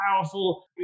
powerful